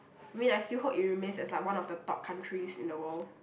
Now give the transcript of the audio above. I mean I still hope it remains as like one of the top countries in the world